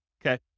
okay